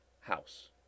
house